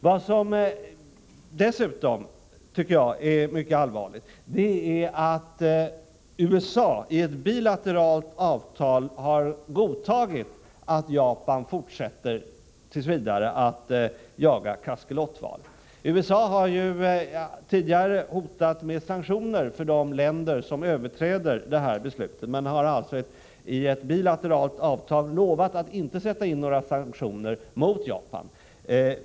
Vad som dessutom är mycket allvarligt är att USA i ett bilateralt avtal har godtagit att Japan t. v. fortsätter denna jakt. USA har tidigare hotat med sanktioner mot de länder som överträder valfångstkommissionens beslut, men har alltså därefter i ett bilateralt avtal lovat att inte sätta in några sanktioner mot Japan.